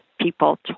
people